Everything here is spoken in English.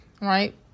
Right